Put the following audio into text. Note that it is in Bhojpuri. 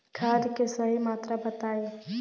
खाद के सही मात्रा बताई?